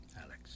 Alex